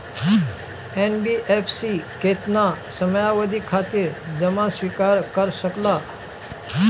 NBFC केतना समयावधि खातिर जमा स्वीकार कर सकला?